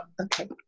Okay